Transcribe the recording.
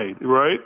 right